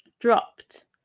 dropped